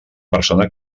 persona